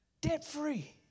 Debt-free